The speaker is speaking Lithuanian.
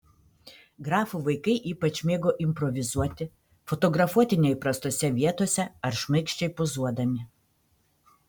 grafų vaikai ypač mėgo improvizuoti fotografuoti neįprastose vietose ar šmaikščiai pozuodami